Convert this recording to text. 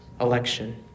election